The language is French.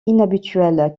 inhabituel